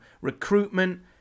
recruitment